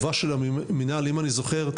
אם זוכר,